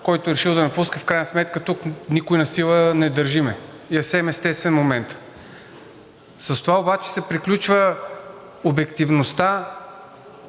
който е решил да напуска, в крайна сметка тук никого насила не държим, и е съвсем естествен момент. С това обаче се приключва обективността